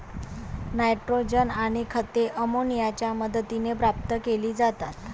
nitrogen आणि खते अमोनियाच्या मदतीने प्राप्त केली जातात